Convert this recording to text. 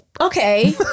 Okay